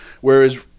whereas